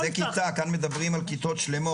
זה על כיתה אחת, כאן מדברים על כיתות שלמות.